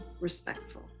respectful